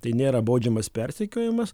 tai nėra baudžiamas persekiojimas